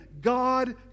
God